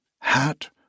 Hat